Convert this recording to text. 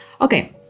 Okay